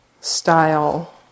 style